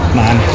man